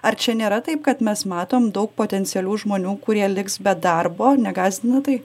ar čia nėra taip kad mes matom daug potencialių žmonių kurie liks be darbo negąsdina tai